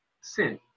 sin